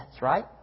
right